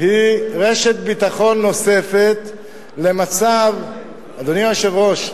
היא רשת ביטחון נוספת למצב, אדוני היושב ראש,